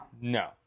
No